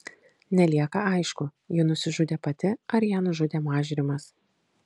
nelieka aišku ji nusižudė pati ar ją nužudė mažrimas